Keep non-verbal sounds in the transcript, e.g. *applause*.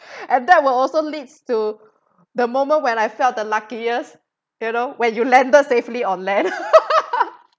and that will also leads to the moment when I felt the luckiest you know when you landed safely on land *laughs*